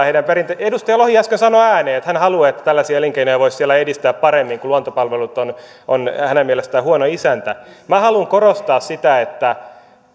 heidän edustaja lohi äsken sanoi ääneen että hän haluaa että tällaisia elinkeinoja voisi siellä edistää paremmin kun luontopalvelut on on hänen mielestään huono isäntä minä haluan korostaa sitä että